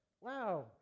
Wow